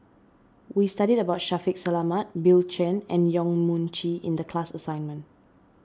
we studied about Shaffiq Selamat Bill Chen and Yong Mun Chee in the class assignment